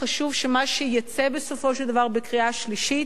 חשוב שמה שיצא בסופו של דבר בקריאה שלישית